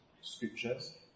scriptures